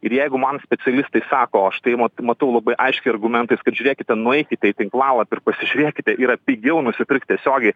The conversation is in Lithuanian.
ir jeigu man specialistai sako aš tai matau labai aiškiai argumentais kad žiūrėkite nueikite į tinklalapį ir pasižiūrėkite yra pigiau nusipirkt tiesiogiai